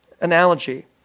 analogy